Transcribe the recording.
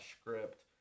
script